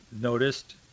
noticed